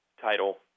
title